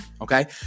Okay